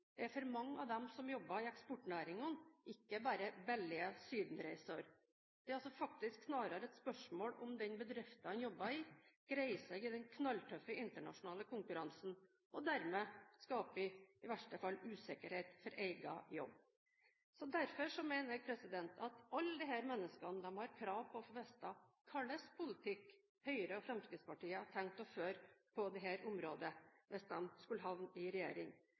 er for mange av dem som jobber i eksportnæringene, ikke bare billige sydenreiser. Det er snarere et spørsmål om hvorvidt den bedriften en jobber i, greier seg i den knalltøffe internasjonale konkurransen, og dermed skaper det i verste fall usikkerhet for egen jobb. Derfor mener jeg at alle disse menneskene har krav på å få vite hvilken politikk Høyre og Fremskrittspartiet har tenkt å føre på dette området hvis de skulle havne i regjering.